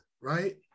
right